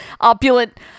opulent